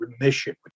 remission